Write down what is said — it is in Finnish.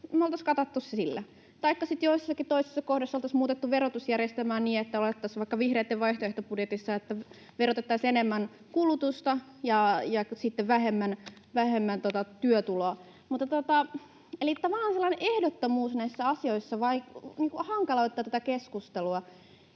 Me oltaisiin katettu se sillä. Taikka sitten jossakin toisessa kohdassa oltaisiin muutettu verotusjärjestelmää niin, kuten vaikka vihreiden vaihtoehtobudjetissa, että verotettaisiin enemmän kulutusta ja vähemmän työtuloa. Eli tämä vähän sellainen ehdottomuus näissä asioissa hankaloittaa tätä keskustelua.